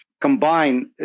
combine